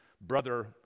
brother